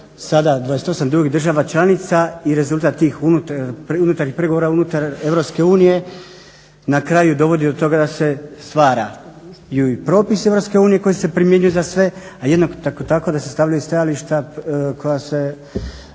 sada 28 drugih država članica i rezultat tih unutarnjih pregovora unutar EU na kraju dovodi do toga da se stvaraju i propisi EU koji se primjenjuju za sve, a jednako tako da se stavljaju stajališta EU na